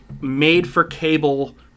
made-for-cable